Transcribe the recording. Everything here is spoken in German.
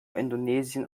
indonesien